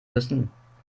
müssen